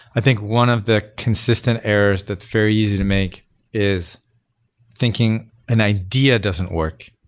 i think one of the consistent errors that's very easy to make is thinking an idea doesn't work,